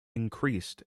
increased